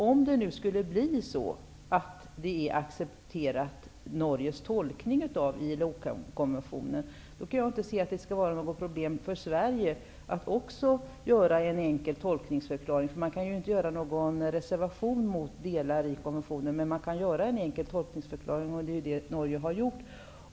Om det nu skulle bli så att Norges tolkning av ILO konventionen accepteras, kan jag inte se att det skall vara något problem för Sverige att också göra en enkel tolkningsförklaring. Man kan ju inte avge någon reservation mot delar i konventionen, men man kan alltså göra en enkel tolkningsförklaring, och det är vad Norge har gjort.